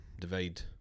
divide